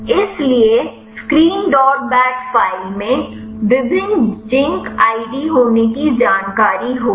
इसलिए screen dot bat file में विभिन्न जिंक आईडी होने की जानकारी होगी